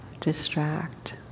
distract